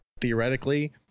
theoretically